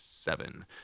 Seven